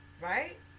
right